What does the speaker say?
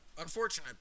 Unfortunate